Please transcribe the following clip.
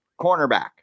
cornerback